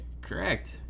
Correct